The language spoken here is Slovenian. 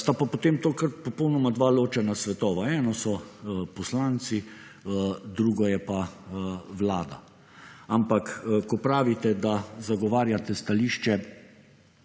sta pa, potem to, kar popolnoma dva ločena svetova. Eno so poslanci, drugo je pa Vlada, ampak ko pravite, da zagovarjate stališče,